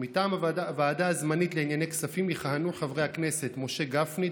מטעם הוועדה הזמנית לענייני כספים יכהנו חברי הכנסת משה גפני,